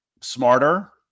smarter